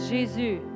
Jesus